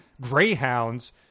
greyhounds